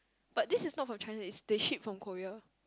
but this is not from China is they ship from Korea